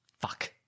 Fuck